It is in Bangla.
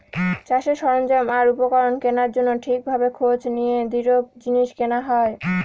চাষের সরঞ্জাম আর উপকরণ কেনার জন্য ঠিক ভাবে খোঁজ নিয়ে দৃঢ় জিনিস কেনা হয়